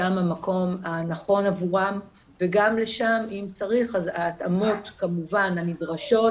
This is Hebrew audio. שם המקום הנכון עבורם וגם לשם אם צריך אז ההתאמות כמובן הנדרשות